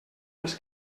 dels